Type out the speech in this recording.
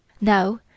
Now